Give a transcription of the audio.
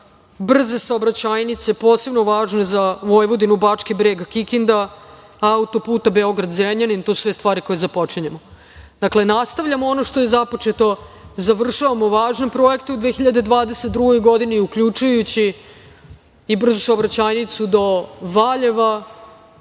brze saobraćajnice, posebno važne za Vojvodinu, Bački Breg-Kikinda, auto-put Beograd-Zrenjanin. To su sve stvari koje započinjemo. Dakle, nastavljamo ono što je započeto, završavamo važne projekte u 2022. godini, uključujući i brzu saobraćajnicu do Valjeva